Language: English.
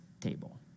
table